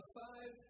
five